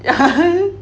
(uh huh)